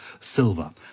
silver